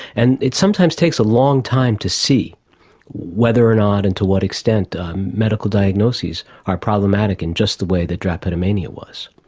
and it sometimes takes a long time to see whether or not and to what extent medical diagnoses are problematic in just the way that drapetomania was.